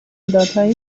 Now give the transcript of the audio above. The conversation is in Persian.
مدادهایی